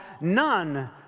none